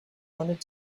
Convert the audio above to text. wanted